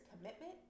commitment